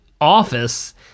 office